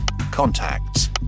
contacts